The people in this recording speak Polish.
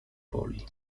boli